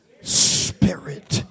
Spirit